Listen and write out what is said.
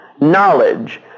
knowledge